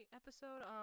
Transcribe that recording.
episode